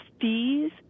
fees